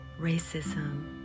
racism